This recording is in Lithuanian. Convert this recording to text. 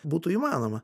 būtų įmanoma